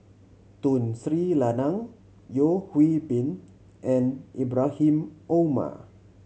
Tun Sri Lanang Yeo Hwee Bin and Ibrahim Omar